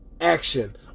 action